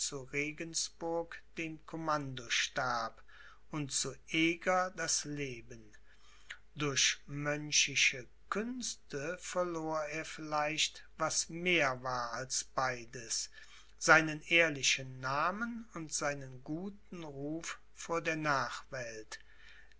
regensburg den commandostab und zu eger das leben durch mönchische künste verlor er vielleicht was mehr war als beides seinen ehrlichen namen und seinen guten ruf vor der nachwelt